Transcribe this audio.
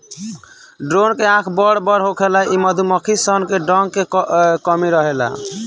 drone के आँख बड़ बड़ होखेला इ मधुमक्खी सन में डंक के कमी रहेला